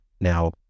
now